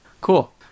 Cool